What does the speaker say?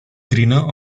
greener